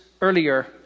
earlier